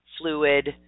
fluid